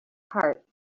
heart